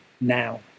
Now